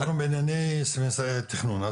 אנחנו בענייני משרד התכנון,